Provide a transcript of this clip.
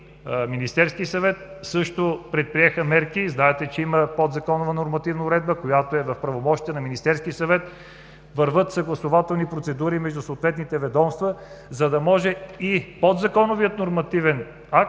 Министерският съвет също предприеха мерки. Знаете, че има подзаконова нормативна уредба, която е в правомощията на Министерския съвет, вървят съгласувателни процедури между съответните ведомства, за да може и подзаконовият нормативен акт